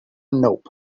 nope